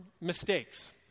mistakes